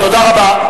תודה רבה.